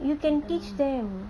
you can teach them